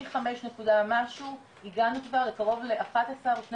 מחמש נקודה משהו הגענו כבר לקרוב ל-12-11